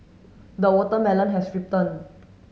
the watermelon has ripen